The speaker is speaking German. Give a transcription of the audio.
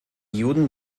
juden